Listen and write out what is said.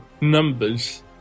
numbers